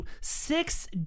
six